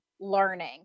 learning